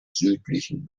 südlichen